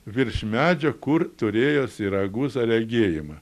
virš medžio kur turėjo siraguza regėjimą